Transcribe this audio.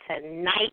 tonight